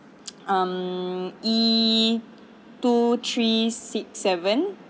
um E two three six seven